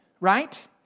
Right